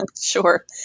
Sure